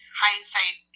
hindsight